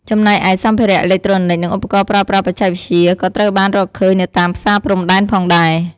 ចំណែកឯ សម្ភារៈអេឡិចត្រូនិក និងឧបករណ៍ប្រើប្រាស់បច្ចេកវិទ្យា ក៏ត្រូវបានរកឃើញនៅតាមផ្សារព្រំដែនផងដែរ។